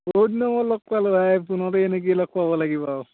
বহুত দিনৰ মূৰত লগ পালোঁ ভাই ফোনতেই এনেকৈয়ে লগ পাব লাগিব আৰু